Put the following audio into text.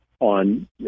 on